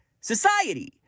society